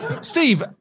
Steve